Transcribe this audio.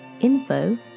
info